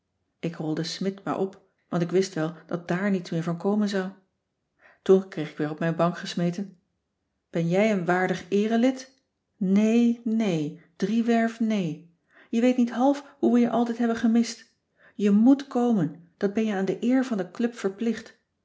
ik rolde smidt maar op want ik wist wel dat daar niets meer van komen zou toen kreeg ik weer op mijn bank gesmeten ben jij een waardig eere lid neen neen driewerf neen je weet niet half hoe we je altijd hebben gemist je moet komen dat ben je aan de eer van de club verplicht